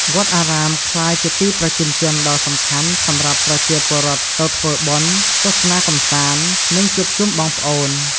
វត្តអារាមក្លាយជាទីប្រជុំជនដ៏សំខាន់សម្រាប់ប្រជាពលរដ្ឋទៅធ្វើបុណ្យ ទស្សនាកម្សាន្ត និងជួបជុំបងប្អូន។